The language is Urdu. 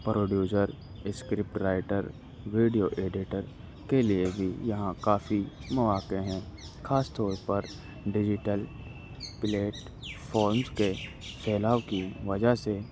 producer script writer video editor کے لیے بھی یہاں کافی مواقع ہیں خاص طور پر ڈیجیٹل پلیٹفونس کے پھیلاؤ کی وجہ سے